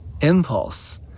impulse